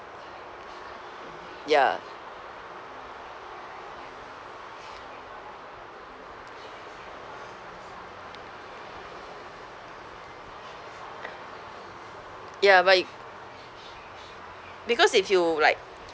ya ya but it because if you like